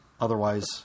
Otherwise